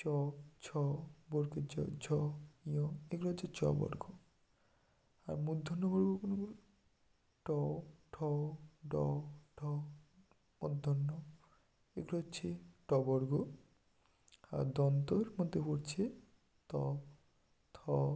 চ ছ বর্গের জ ঝ ঞ এগুলো হচ্ছে চ বর্গ আর মূর্ধন্য বর্গ কোনগুলো ট ঠ ড ঢ মূর্ধণ্য এগুলো হচ্ছে ট বর্গ আর দন্তর মধ্যে পড়ছে ত থ